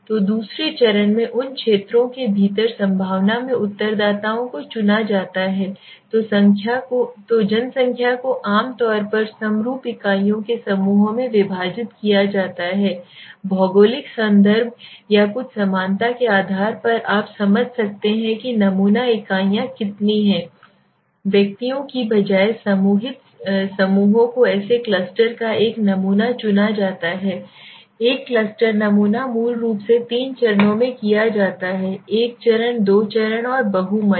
तो दूसरे चरण में उन क्षेत्रों के भीतर संभावना में उत्तरदाताओं को चुना जाता है तो जनसंख्या को आम तौर पर समरूप इकाइयों के समूहों में विभाजित किया जाता है भौगोलिक संदर्भ या कुछ समानता के आधार पर आप समझ सकते हैं कि नमूना इकाइयाँ कितनी हैं व्यक्तियों के बजाय समूहित समूहों को ऐसे क्लस्टर का एक नमूना चुना जाता है एक क्लस्टर नमूना मूल रूप से 3 चरणों में किया जाता है एक चरण दो चरण और बहु मंच